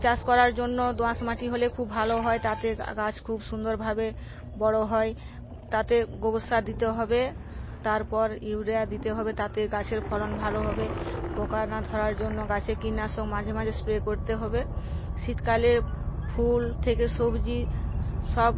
চাষ করার জন্য দোআঁশ মাটি হলে খুব ভালো হয় তাতে গাছ খুব সুন্দরভাবে বড়ো হয় তাতে গোবর সার দিতে হবে তারপর ইউরিয়া দিতে হবে তাতে গাছের ফলন ভালো হবে পোকা না ধরার জন্যে গাছে কীটনাশক মাঝে মাঝে স্প্রে করতে হবে শীতকালে ফুল থেকে সবজি সব